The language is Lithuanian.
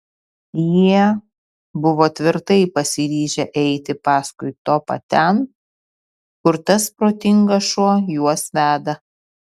jie buvo tvirtai pasiryžę eiti paskui topą ten kur tas protingas šuo juos veda